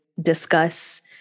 discuss